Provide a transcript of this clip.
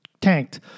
tanked